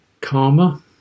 karma